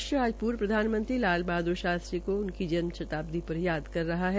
राष्ट्र आज पूर्व प्रधानमंत्री लाल बहाद्र शास्त्री को भी उनकी जन्म शताब्दी र याद कर रहा है